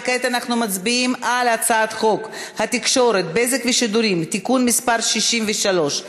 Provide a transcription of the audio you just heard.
וכעת אנחנו מצביעים על הצעת חוק התקשורת (בזק ושידורים) (תיקון מס' 63),